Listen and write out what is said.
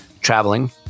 traveling